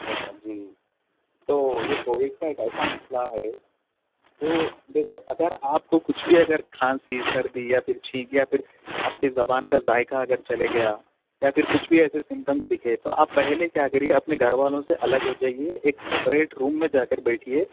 ہاں جی تو یہ کووڈ کا ایک ایسا مسئلہ ہے جو دیکھو اگر آپ کو کچھ بھی اگر کھانسی سردی یا پھر چھینک یا پھر آپ کے زبان کا ذائقہ اگر چلے گیا یا پھر کچھ بھی ایسے سمٹمس دکھے تو آپ پہلے کیا کریے کہ اپنے گھر والوں سے الگ ہو جائیے ایک سپریٹ روم میں جا کر بیٹھیے